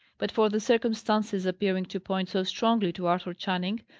but for the circumstances appearing to point so strongly to arthur channing,